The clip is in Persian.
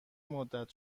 مدت